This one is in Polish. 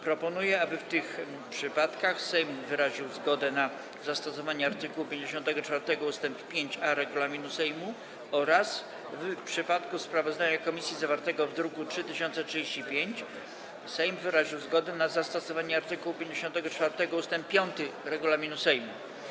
Proponuję, aby w tych przypadkach Sejm wyraził zgodę na zastosowanie art. 54 ust. 5a regulaminu Sejmu oraz w przypadku sprawozdania komisji zawartego w druku nr 3035 Sejm wyraził zgodę na zastosowanie art. 54 ust. 5 regulaminu Sejmu.